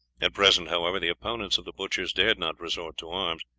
at present, however, the opponents of the butchers dared not resort to arms.